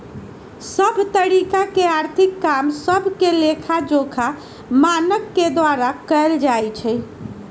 सभ तरिका के आर्थिक काम सभके लेखाजोखा मानक के द्वारा कएल जाइ छइ